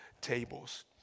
tables